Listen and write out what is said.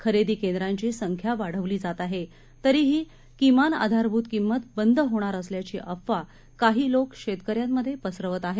खरेदी केंद्रांची संख्या वाढवली जात आहे तरीही किमान आधारभूत किंमत बंद होणार असल्याची अफवा काही लोक शेतकऱ्यांमधे पसरवत आहेत